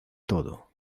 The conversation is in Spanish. todo